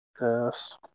Yes